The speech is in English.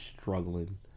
struggling